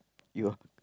you're